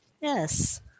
Yes